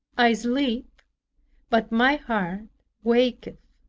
i sleep but my heart waketh